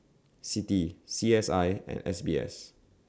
C T C S I and S B S